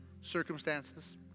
Circumstances